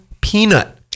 Peanut